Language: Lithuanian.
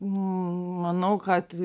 manau kad